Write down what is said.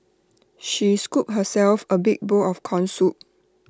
she scooped herself A big bowl of Corn Soup